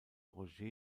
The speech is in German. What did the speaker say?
roger